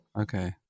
Okay